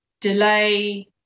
Delay